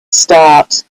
start